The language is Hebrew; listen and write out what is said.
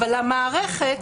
אבל המערכת,